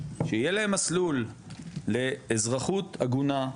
שיהיה להם מסלול לאזרחות הגונה,